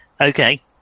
Okay